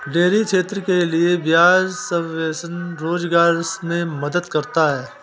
dairy क्षेत्र के लिये ब्याज सबवेंशन रोजगार मे मदद करता है